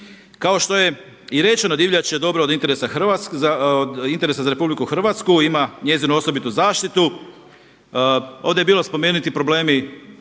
Kao što je i rečeno divljač je dobro od interesa za RH, ima njezinu osobitu zaštitu. Ovdje su bili spomenuti problemi